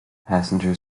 passenger